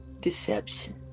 deception